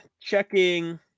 checking